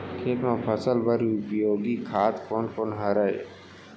खेत म फसल बर उपयोगी खाद कोन कोन हरय?